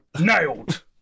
Nailed